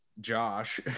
josh